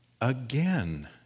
again